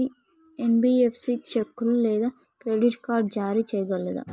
NBFC చెక్కులు లేదా credit card జారీ చేయగలదా?